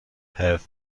have